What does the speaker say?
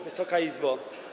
Wysoka Izbo!